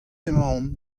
emaon